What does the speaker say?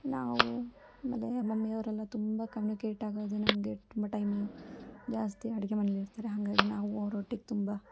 ನಾವು ಆಮೇಲೆ ಮಮ್ಮಿ ಅವರೆಲ್ಲ ತುಂಬ ಕಮ್ಯುನಿಕೇಟ್ ಆಗೋದು ನಮಗೆ ತುಂಬ ಟೈಮ್ ಜಾಸ್ತಿ ಅಡುಗೆ ಮನೆಲಿ ಇರ್ತಾರೆ ಹಾಗಾಗಿ ನಾವು ಅವ್ರೊಟ್ಟಿಗೆ ತುಂಬ